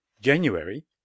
JANUARY